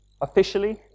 Officially